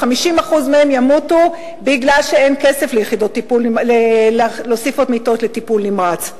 ו-50% מהם ימותו בגלל שאין כסף להוסיף עוד מיטות לטיפול נמרץ.